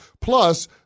Plus